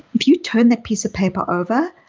if you turn that piece of paper over,